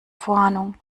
vorahnung